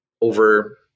over